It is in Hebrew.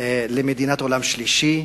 למדינת עולם שלישי,